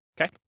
Okay